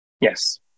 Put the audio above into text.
Yes